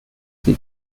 sie